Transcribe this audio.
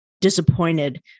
disappointed